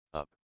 up